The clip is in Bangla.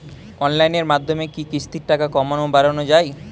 অনলাইনের মাধ্যমে কি কিস্তির টাকা কমানো বাড়ানো যায়?